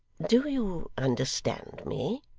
do you understand me